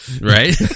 Right